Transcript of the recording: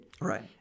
Right